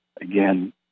again